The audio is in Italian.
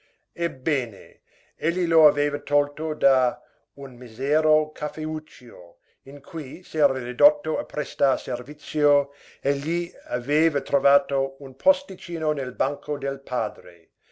vivere ebbene egli lo aveva tolto da un misero caffeuccio in cui s'era ridotto a prestar servizio e gli aveva trovato un posticino nel banco del padre